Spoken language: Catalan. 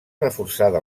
reforçada